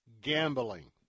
gambling